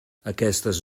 aquestes